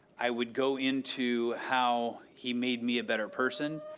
i would go into how he made me a better person,